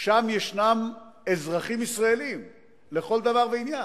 יש שם אזרחים ישראלים לכל דבר ועניין.